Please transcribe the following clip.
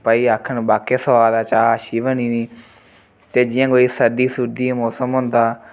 भाई आखन बाकेआ स्वाद ऐ चाह् अच्छी बनी दी ते जियां कोई सर्दी सुर्दी दा मोसम होंदा